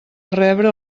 rebre